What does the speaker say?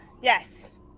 yes